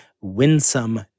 winsome